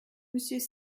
monsieur